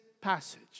passage